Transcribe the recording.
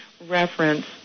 reference